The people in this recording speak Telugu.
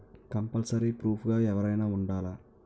కంపల్సరీ ప్రూఫ్ గా ఎవరైనా ఉండాలా?